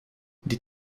die